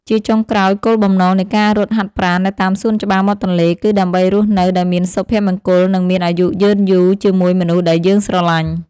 ជាចុងក្រោយ គោលបំណងនៃការរត់ហាត់ប្រាណនៅតាមសួនច្បារមាត់ទន្លេគឺដើម្បីរស់នៅដោយមានសុភមង្គល និងមានអាយុយឺនយូរជាមួយមនុស្សដែលយើងស្រឡាញ់។